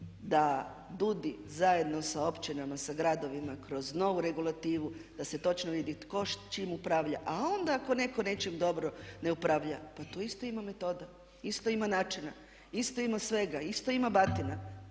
da DUDI zajedno sa općinama, sa gradovima kroz novu regulativu da se točno vidi tko s čime upravlja a onda ako netko nečim dobro ne upravlja pa tu isto ima metoda, isto ima načina, isto ima svega, isto ima batina.